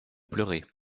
pleurer